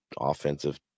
offensive